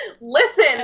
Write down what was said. listen